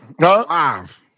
Five